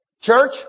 Church